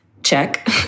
Check